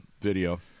video